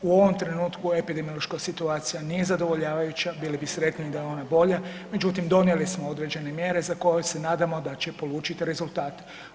U ovom trenutku epidemiološka situacija nije zadovoljavajuću, bili bi sretni da je ona bolja, međutim donijeli smo određene mjere za koje se nadamo da će polučiti rezultate.